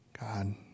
God